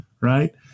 right